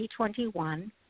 2021